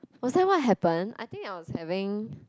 was that what happen I think I was having